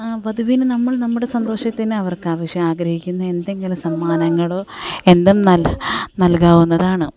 പതിവിനും നമ്മൾ നമ്മുടെ സന്തോഷത്തിന് അവർക്ക് ആവശ്യം ആഗ്രഹിക്കുന്ന എന്തെങ്കിലും സമ്മാനങ്ങളോ എന്തെന്നായാലും നൽകാവുന്നതാണ്